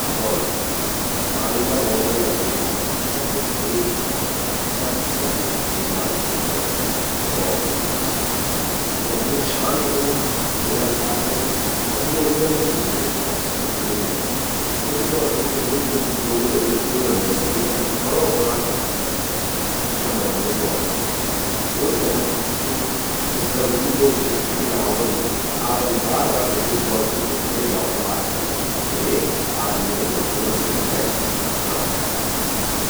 डॉल्फिन...पाणि मां रौंण वल़ा जीवों मां सबसे समझदार, सबसे बुद्धिमान जीव ब्वोलद डॉल्फिन माछ ते। सि क्या ह्वोंदिन, शांत ह्वोंदिन, मिलनसार ह्वोंदिन अर ल्वोगूं दगड़ि भौत अच्छा से घुलि-मिलि जंदिन। कुछ डॉल्फिन क्या ह्वोंदिन ज्वो ल्वोगूं दगड़ि घुल्ल़ं-मिल्ल़ं, तूं दगड़ि खांणों खांण तक पसंद करदिन। यमण्यें ह्वोंदि डॉल्फिन मच्छी। और क्या ह्वंद..कि जब भी लोग क्वे छ्वोटि नाव रौंदिन, आपन बार बार द्येखि ह्वोलु कि डॉल्फिन तूं छ्वोटि नाव का पास चलि जंदिन। किले? आदम्यूं दगड़ि घुल्ल़ं-मिल्ल़ों ते अर खाणों-खाणों ते।